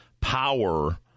power